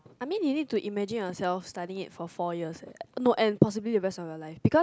I mean you need to imagine ourselves studying in it four years eh no and possibly the rest of your life your life because